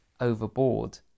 overboard